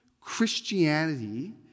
Christianity